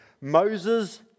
Moses